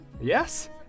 Yes